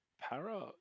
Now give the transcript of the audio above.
para